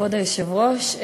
כבוד היושב-ראש,